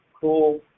cool